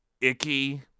icky